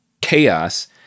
chaos